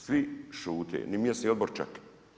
Svi šute, ni mjesni odbor čak.